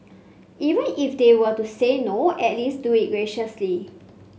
even if they were to say no at least do it graciously